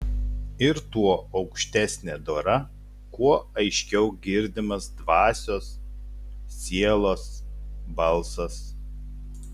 ir tuo aukštesnė dora kuo aiškiau girdimas dvasios sielos balsas